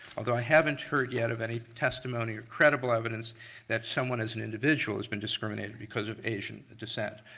although i haven't heard yet of any testimony or credible evidence that someone as an individual has been discriminated because of asian descent.